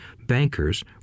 bankers